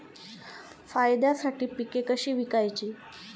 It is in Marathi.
फायद्यासाठी पिके कशी विकायची?